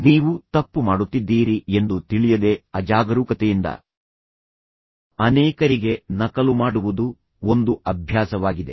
ನೀವು ತಪ್ಪು ಮಾಡುತ್ತಿದ್ದೀರಿ ಎಂದು ತಿಳಿಯದೆ ಅಜಾಗರೂಕತೆಯಿಂದ ಅನೇಕರಿಗೆ ನಕಲು ಮಾಡುವುದು ಒಂದು ಅಭ್ಯಾಸವಾಗಿದೆ